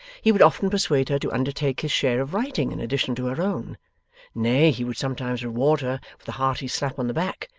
he would often persuade her to undertake his share of writing in addition to her own nay, he would sometimes reward her with a hearty slap on the back,